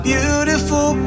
Beautiful